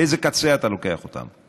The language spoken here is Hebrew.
לאיזה קצה אתה לוקח אותם.